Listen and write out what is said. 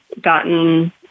gotten